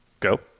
go